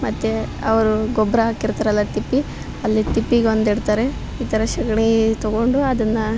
ಮತ್ತು ಅವರು ಗೊಬ್ಬರ ಹಾಕಿರ್ತಾರಲ್ಲ ತಿಪ್ಪೆ ಅಲ್ಲಿ ತಿಪ್ಪೆಗೊಂದು ಇಡ್ತಾರೆ ಈ ಥರ ಸೆಗ್ಣಿ ತಗೊಂಡು ಅದನ್ನು